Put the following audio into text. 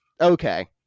Okay